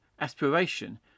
aspiration